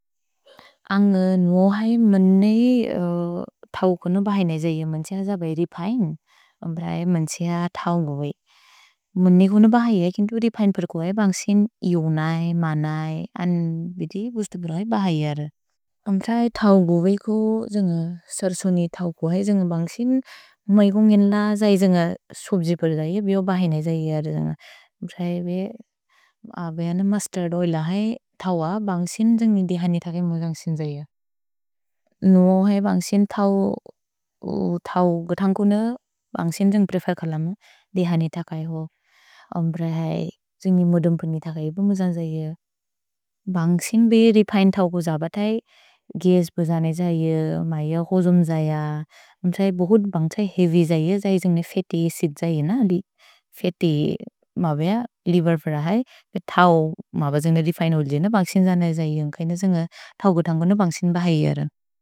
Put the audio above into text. अन्ग् न्वो है मन्येइ फक्वन्प हौल् यरे किअ मेन्सेस बए रिपहेने। एम्ब्रए मन्सिह न्थओ न्गोवे। मन व्र फक्वन्प और् रिपहेने प्रेको बन्सिन् एमक्के, म बेखिनिअ। अम्तत्, थओ ग्वेगो सेर् सोनि थओ कुअ। भ रहेस सुब्जि बेसियेन और् भि योरे किअ अतुइ वेनेन्। म्ब रहि बे अ बेअन मुस्तर्द् ओइल है थव बन्ग्सिन् जेन्गि दिहनि थक म्ब जन्ग्सिन् जैय। नुअ है बन्ग्सिन् थौ, थौ गथन्गुन, बन्ग्सिन् जेन्गि प्रेफेर् खलम दिहनि थक है हो। म्ब्र है जेन्गि मुदुम्पन् नि थक इब म्ब जन्ग्स जैय। भन्ग्सिन् बे रेपिने थौ को जब थै गेज् ब जने जैय, मैअ होजुम् जैय। म्ब रहि बहुत् बन्ग् छै हेअव्य् जैय जै जेन्गि फेति सित् जैय न अलि। फेति म्ब बेअ लिवेर् बर है, थौ म्ब बेअ जेन्गिने रेपिने होजिन, बन्ग्सिन् जैन जैय जेन्गि कैन जेन्गिने थौ गथन्गुन, बन्ग्सिन् ब है यरन्।